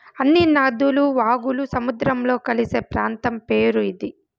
అన్ని నదులు వాగులు సముద్రంలో కలిసే ప్రాంతం పేరు ఇది